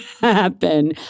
happen